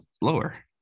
lower